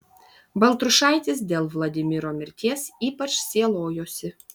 baltrušaitis dėl vladimiro mirties ypač sielojosi